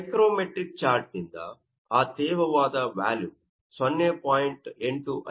psychrometric ಚಾರ್ಟ್ನಿಂದ ಆ ತೇವವಾದ ವ್ಯಾಲುಮ್ 0